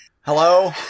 Hello